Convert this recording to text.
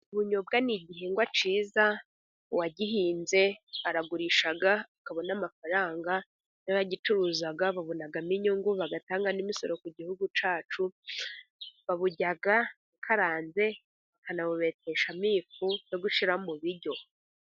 Ubunyobwa ni igihingwa cyiza, uwagihinze aragurisha akabona amafaranga n'abagicuruza babonamo inyungu bagatanga n'imisoro ku gihugu cyacu. Baburya bukaranze, bakanabubeteshamo ifu yo gushyira mu biryo.